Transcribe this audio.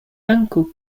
uncle